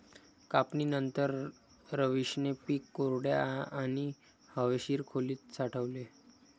कापणीनंतर, रवीशने पीक कोरड्या आणि हवेशीर खोलीत साठवले